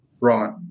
Right